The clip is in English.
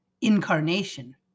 incarnation